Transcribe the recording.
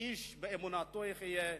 איש באמונתו יחיה.